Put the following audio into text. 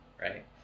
right